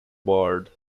bard